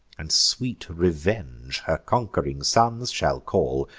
and sweet revenge her conqu'ring sons shall call,